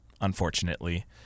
unfortunately